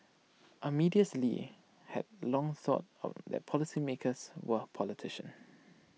Amadeus lee had long thought that policymakers were politicians